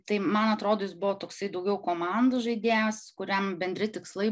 tai man atrodo jis buvo toksai daugiau komandų žaidėjas kuriam bendri tikslai